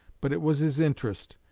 but it was his interest,